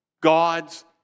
God's